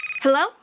Hello